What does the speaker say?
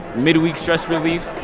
mid-week stress relief.